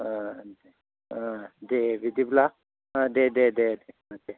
ओं दे बिदिब्ला औ दे दे देह देह